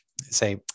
Say